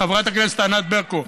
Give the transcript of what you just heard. חברת הכנסת ענת ברקו,